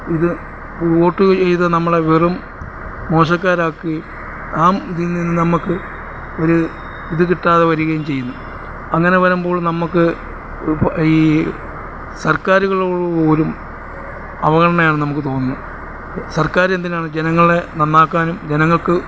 ഇത് വോട്ട് ചെയ്ത് നമ്മളെ വെറും മോശക്കാരാക്കുകയും ആം ഇതിൽനിന്ന് നമുക്ക് ഒരു ഇത് കിട്ടാതെ വരികയും ചെയ്യുന്നു അങ്ങനെ വരുമ്പോൾ നമുക്ക് ഇപ്പോൾ ഈ സർക്കാരുകളോട് പോലും അവഗണനയാണ് നമുക്ക് തോന്നുന്നത് സർക്കാർ എന്തിനാണ് ജനങ്ങളെ നന്നാക്കാനും ജനങ്ങൾക്ക്